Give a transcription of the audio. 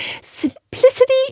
Simplicity